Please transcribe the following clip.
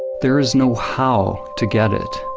there is no how to get it.